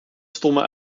stomme